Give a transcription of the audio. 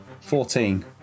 fourteen